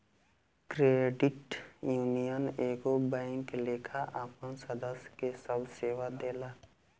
credit union एगो bank लेखा आपन सदस्य के सभ सेवा देला